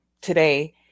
today